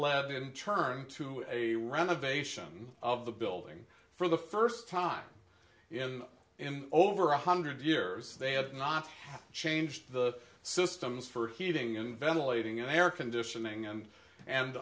led in turn to a renovation of the building for the first time in over one hundred years they had not changed the systems for heating and ventilating air conditioning and